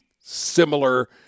similar